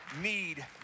need